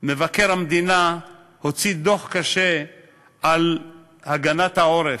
מבקר המדינה הוציא דוח קשה על הגנת העורף.